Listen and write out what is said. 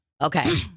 Okay